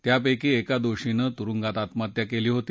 त्यापैकी एका दोषीनं तुरुंगात आत्महत्या केली होती